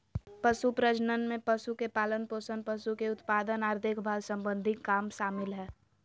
पशु प्रजनन में पशु के पालनपोषण, पशु के उत्पादन आर देखभाल सम्बंधी काम शामिल हय